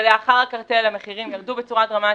ולאחר הקרטל המחירים ירדו בצורה דרמטית.